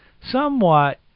somewhat